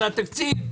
על התקציב,